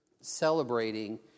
celebrating